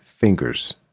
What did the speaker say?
Fingers